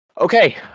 okay